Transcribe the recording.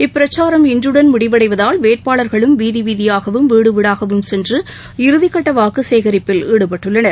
இப்பிரச்சாரம் இன்றுடன் முடிவடைவதால் வேட்பாளர்களும் வீதி வீதியாகவும் வீடு வீடாகவும் சென்று இறுதிக்கட்ட வாக்கு சேகரிப்பில் ஈடுபட்டுள்ளனர்